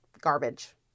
garbage